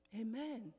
Amen